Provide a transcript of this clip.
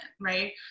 right